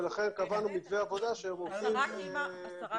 ולכן קבענו מתווה עבודה שהם עובדים במשמרות